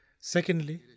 Secondly